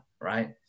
right